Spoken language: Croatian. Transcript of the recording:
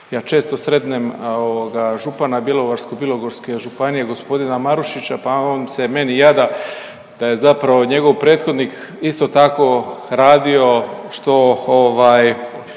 Ja često sretnem župana Bjelovarsko-bilogorske županije gospodina Marušića pa on se meni jada da je zapravo njegov prethodnik isto tako radio što